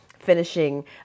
finishing